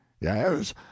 Yes